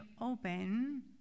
open